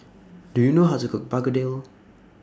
Do YOU know How to Cook Begedil